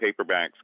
paperbacks